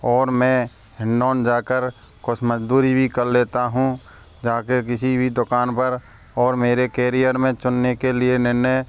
और मैं हिण्डौन जाकर कुछ मज़दूरी भी कर लेता हूँ जा के किसी भी दुकान पर और मेरे केरियर में चुनने के लिए निर्णय